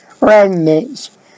remnants